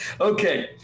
Okay